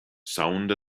sound